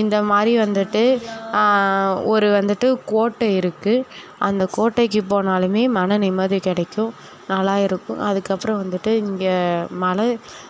இந்த மாதிரி வந்துட்டு ஒரு வந்துட்டு கோட்டை இருக்குது அந்த கோட்டைக்கு போனாலுமே மன நிம்மதி கிடைக்கும் நல்லா இருக்கும் அதுக்கப்புறம் வந்துட்டு இங்கே மலை